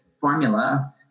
formula